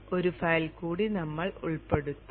ഒരു ഫയൽ കൂടി നമ്മൾ ഉൾപ്പെടുത്തും